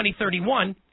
2031